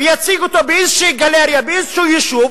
ויציג אותו באיזושהי גלריה באיזשהו יישוב,